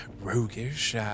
roguish